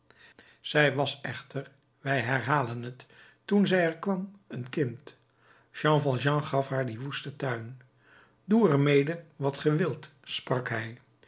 zij was echter wij herhalen het toen zij er kwam een kind jean valjean gaf haar dien woesten tuin doe er mede wat ge wilt sprak hij